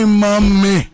mami